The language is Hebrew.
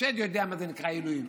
השד יודע מה זה נקרא עילויים,